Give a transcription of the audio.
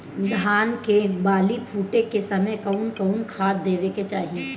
धान के बाली फुटे के समय कउन कउन खाद देवे के चाही?